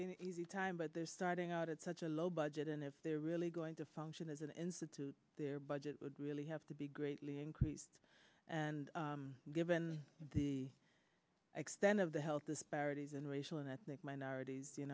be an easy time but they're starting out at such a low budget and if they're really going to function as an institute their budget would really have to be greatly increased and given the extent of the health disparities in racial and ethnic minorities you